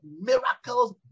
miracles